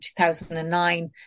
2009